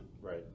Right